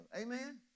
Amen